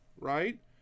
right